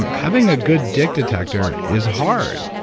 and having a good dick detector is hard,